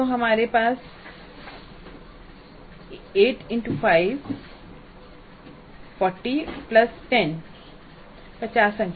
तो हमारे पास 8x5 40 है प्लस 10 50 अंक